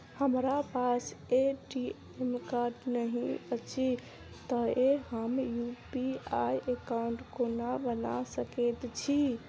हमरा पास ATM card नहि अछि तए हम यु.पी.आई एकॉउन्ट कोना बना सकैत छी